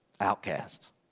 Outcasts